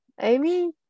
Amy